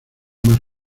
más